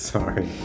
Sorry